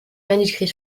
manuscrit